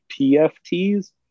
pfts